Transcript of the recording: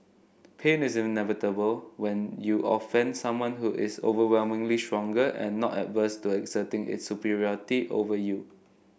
pain is inevitable when you offend someone who is overwhelmingly stronger and not averse to asserting its superiority over you